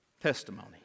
testimony